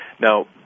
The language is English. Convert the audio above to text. Now